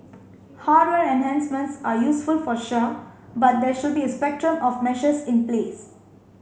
hardware enhancements are useful for sure but there should be a spectrum of measures in place